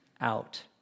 out